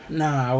nah